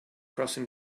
crossing